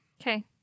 Okay